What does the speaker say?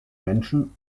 menschen